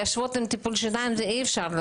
להשוות עם טיפול שיניים, אי אפשר.